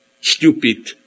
stupid